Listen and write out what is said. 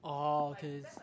orh okay